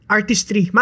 Artistry